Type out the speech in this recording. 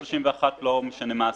131, לא משנה מה הסיווג.